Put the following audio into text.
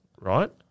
right